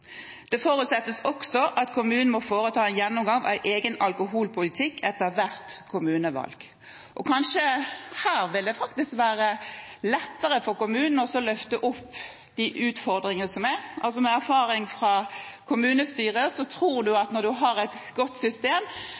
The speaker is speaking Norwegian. Det forutsettes også at kommunene må foreta en gjennomgang av egen alkoholpolitikk etter hvert kommunevalg. Her vil det kanskje faktisk være lettere for kommunene å løfte opp de utfordringene som er. Med erfaring fra kommunestyret tror man at når man har et godt system,